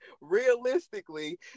realistically